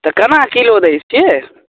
तऽ केना किलो दय छियै